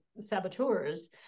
saboteurs